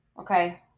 okay